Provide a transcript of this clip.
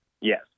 Yes